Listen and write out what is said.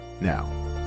now